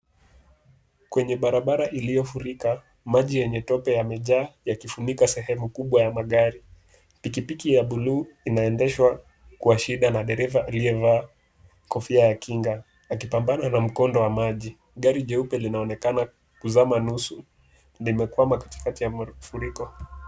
Kwenye barabara iliyofurika, maji yenye tope yamejaa yakifunka sehemu kubwa ya magari. Pikipiki ya buluu inaendeshwa kwa shida na dereva aliyevaa kofia ya kinga akipambana na mkondo wa maji. Gari jeupe linaonekana kuzama nusu. Limekwama katikati ya mafuriko.